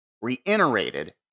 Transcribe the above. reiterated